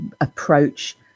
approach